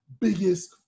biggest